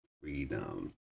freedom